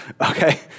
okay